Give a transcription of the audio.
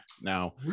Now